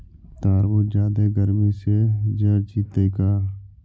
तारबुज जादे गर्मी से जर जितै का?